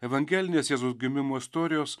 evangelinės jėzaus gimimo istorijos